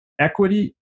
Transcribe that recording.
equity